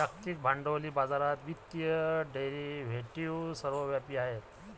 जागतिक भांडवली बाजारात वित्तीय डेरिव्हेटिव्ह सर्वव्यापी आहेत